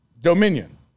dominion